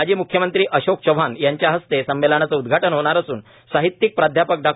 माजी म्ख्यमंत्री अशोक चव्हाण यांच्या हस्ते संमेलनाचं उदघाटन होणार असून साहित्यिक प्राध्यापक डॉ